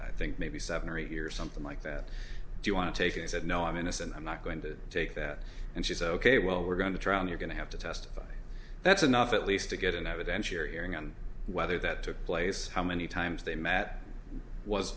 i think maybe seven or eight years something like that do you want to take and said no i'm innocent i'm not going to take that and she's ok well we're going to try and you're going to have to testify that's enough at least to get an evidentiary hearing on whether that took place how many times they met was